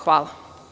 Hvala.